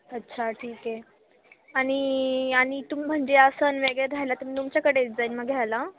अच्छा ठीक आहे आणि आणि तुम्ही म्हणजे आसन वेगे घ्यायला तुम्ही मग घ्यायला